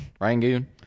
Rangoon